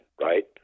right